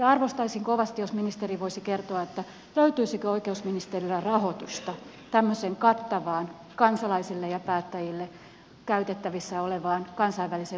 arvostaisin kovasti jos ministeri voisi kertoa löytyisikö oikeusministeriöltä rahoitusta tämmöiseen kattavaan kansalaisille ja päättäjillä käytettävissä olevaan kansainväliseen vertailututkimukseen